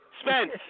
Spence